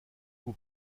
vous